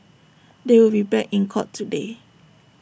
they will be back in court today